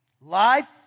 life